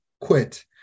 quit